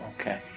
okay